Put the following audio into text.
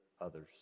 others